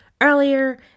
earlier